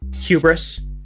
hubris